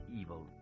evil